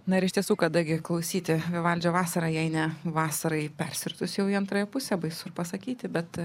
na ir iš tiesų kada gi klausyti vivaldžio vasara jei ne vasarai persiritus jau į antrąją pusę baisu pasakyti bet